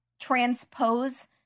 transpose